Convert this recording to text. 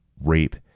rape